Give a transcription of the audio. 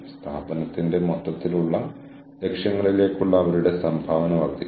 മുമ്പത്തെ മോഡലിൽ നിങ്ങൾ നെറ്റ്വർക്കിലേക്ക് സംഭാവന ചെയ്യുന്നു